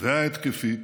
וההתקפית